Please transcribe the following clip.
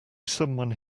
someone